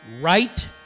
right